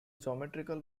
geometrical